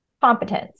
competence